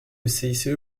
cice